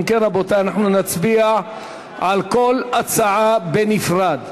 אם כן, רבותי, נצביע על כל הצעה בנפרד.